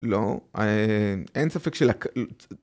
לא, אין ספק של...